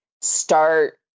start